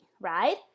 right